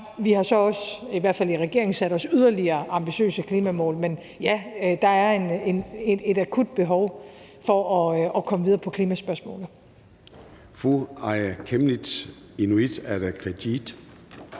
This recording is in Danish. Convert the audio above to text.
også – i hvert fald i regeringen – sat os yderligere ambitiøse klimamål. Men ja, der er et akut behov for at komme videre på klimaspørgsmålet.